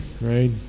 right